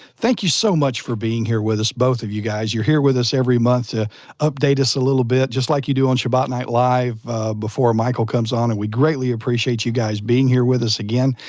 thank you so much for being here with us, both of you guys, you're here with us every month to update us a little bit, just like you do on shabbat night live before michael comes on, and we greatly appreciate you guys being here with us again.